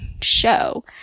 show